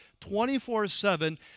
24-7